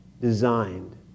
designed